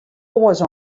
oars